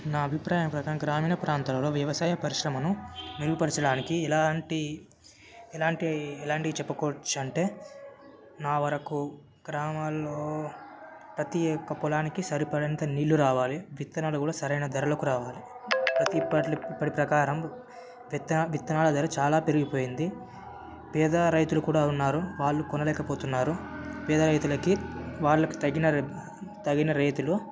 నా అభిప్రాయం ప్రకారం గ్రామీణ ప్రాంతాలలో వ్యవసాయ పరిశ్రమను మెరుగుపరచడానికి ఎలాంటి ఎలాంటి ఎలాంటివి చెప్పుకోవచ్చంటే నా వరకు గ్రామాల్లో ప్రత్యేక పొలానికి సరిపడేంత నీళ్లు రావాలి విత్తనాలు కూడా సరైన ధరలకు రావాలి ప్రతి ఇప్పటి ప్రకారం పెద్ద విత్తనాల ధర చాలా పెరిగిపోయింది పేద రైతులు కూడా ఉన్నారు వాళ్ళు కొనలేకపోతున్నారు పేద రైతులకి వాళ్ళకు తగిన తగిన రీతిలో